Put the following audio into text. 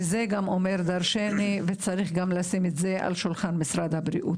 זה גם אומר דרשני וצריך גם לשים את זה על שולחן משרד הבריאות.